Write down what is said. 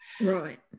Right